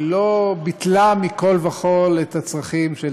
היא לא ביטלה מכול וכול את הצרכים של